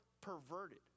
perverted